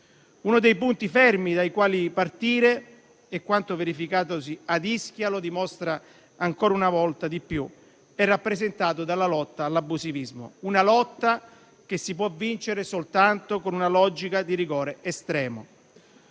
Uno dei punti fermi dai quali partire - e quanto verificatosi ad Ischia lo dimostra una volta di più - è rappresentato dalla lotta all'abusivismo, che si può vincere soltanto con una logica di rigore estremo.